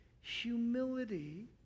humility